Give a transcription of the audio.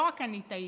לא רק אני טעיתי,